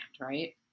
right